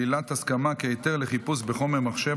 (שלילת הסכמה כהיתר לחיפוש בחומר מחשב),